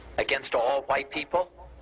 against all white people,